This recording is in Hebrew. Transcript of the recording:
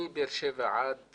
מבאר שבע עד